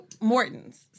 Morton's